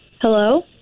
Hello